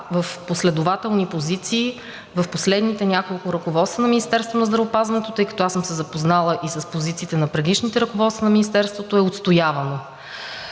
в последователни позиции в последните няколко ръководства на Министерството на здравеопазването, тъй като съм се запознала и с позициите на предишните ръководства на Министерството, е отстоявано.